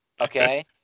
okay